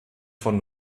von